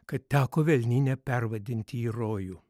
kad teko velnynę pervadinti į rojų